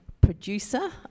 producer